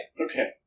Okay